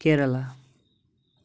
Kerala